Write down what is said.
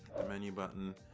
menu button.